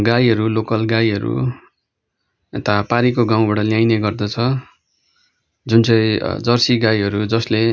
गाईहरू लोकल गाईहरू यता पारिको गाउँबाट ल्याइने गर्दछ जुन चाहिँ जर्सी गाईहरू जसले